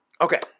Okay